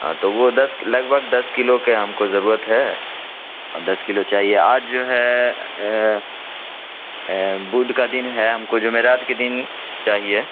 ہاں تو وہ دس لگ بھگ دس کلو کے ہم کو ضرورت ہے اور دس کلو چاہیے آج جو ہے بدھ کا دن ہے ہم کو جمعرات کے دن چاہیے